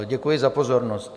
Děkuji za pozornost.